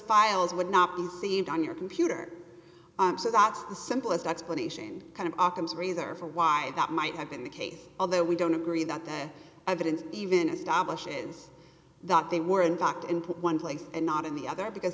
files would not be seen on your computer i'm so that's the simplest explanation kind of ockham's razor for why that might have been the case although we don't agree that that evidence even establishes that they were in fact in one place and not in the other because